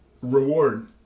reward